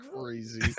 crazy